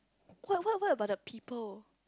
what what what about the people